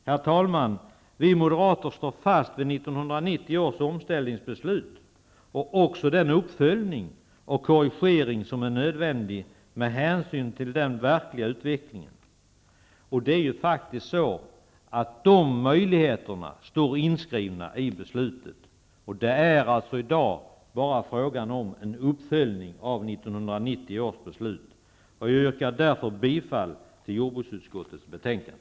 Herr talman! Vi moderater står fast vid 1990 års omställningsbeslut och den uppföljning och korrigering som är nödvändig med hänsyn till den verkliga utvecklingen. Dessa möjligheter står inskrivna i beslutet. I dag är det bara frågan om en uppföljning av 1990 års beslut. Jag yrkar därför bifall till hemställan i jordbruksutskottets betänkande.